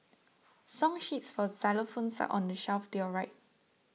song sheets for xylophones are on the shelf to your right